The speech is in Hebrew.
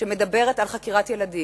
שמדברת על חקירת ילדים,